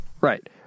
Right